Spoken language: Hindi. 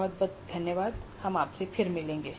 बहुत बहुत धन्यवाद और हम आपसे फिर मिलेंगे